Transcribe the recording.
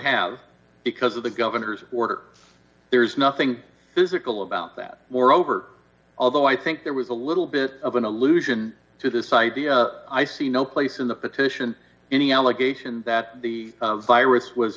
have because of the governor's order there's nothing physical about that moreover although i think there was a little bit of an allusion to this idea i see no place in the petition any allegation that the virus was